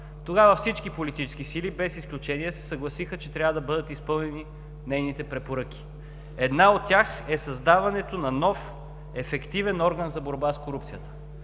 Тогава всички политически сили, без изключение, се съгласиха, че трябва да бъдат изпълнени нейните препоръки. Една от тях е създаването на нов ефективен орган за борба с корупцията.